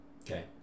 Okay